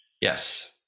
Yes